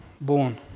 born